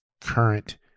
current